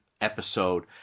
episode